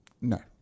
No